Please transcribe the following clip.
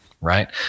right